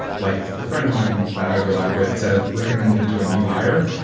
like a friend of mine that i overlap with said recommended it to a new hire.